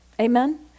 Amen